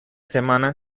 semana